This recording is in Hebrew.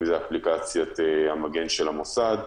אם זה אפליקציית המגן של המוסד,